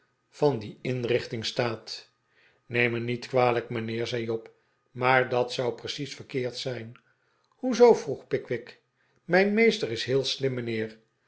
van die inrichting staat neem mij niet kwalijk mijnheer zei job maar dat zou precies verkeerd zijn hoe zoo vroeg pickwick mijn meester is heel slim mijnheer